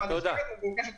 אז מוגשת